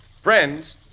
Friends